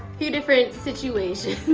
few different situations,